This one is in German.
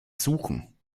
suchen